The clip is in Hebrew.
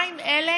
מה עם אלה